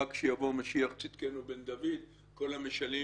רק כשיבוא משיח צדקנו בן דוד כל המשלים